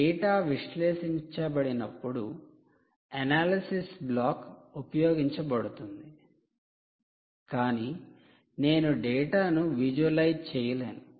data విశ్లేషించబడినప్పుడు analysis block ఉపయోగించబడుతుంది కాని నేను డేటాను విజువలైజ్ చేయలేను